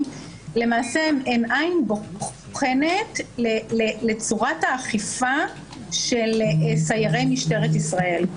למעשה הם עין בוחנת לצורת האכיפה של סיירי משטרת ישראל.